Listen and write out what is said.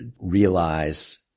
realize